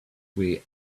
way